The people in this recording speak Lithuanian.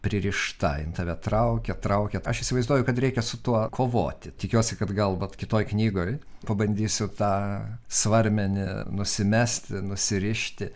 pririšta ir tave traukia traukia aš įsivaizduoju kad reikia su tuo kovoti tikiuosi kad gal vat kitoj knygoj pabandysiu tą svarmenį nusimesti nusirišti